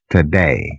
Today